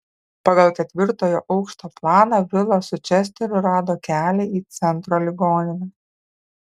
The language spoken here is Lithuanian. pagal ketvirtojo aukšto planą vilas su česteriu rado kelią į centro ligoninę